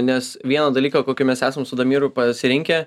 nes vieną dalyką kokį mes esam su damiru pasirinkę